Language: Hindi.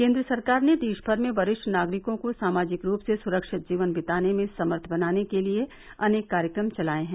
केन्द्र सरकार ने देश भर में वरिष्ठ नागरिकों को सामाजिक रूप से सुरक्षित जीवन बिताने में समर्थ बनाने के लिए अनेक कार्यक्रम चलाये हैं